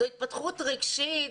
זו התפתחות רגשית,